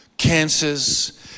cancers